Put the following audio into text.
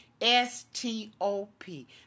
S-T-O-P